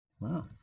Wow